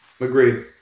Agreed